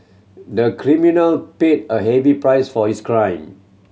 the criminal paid a heavy price for his crime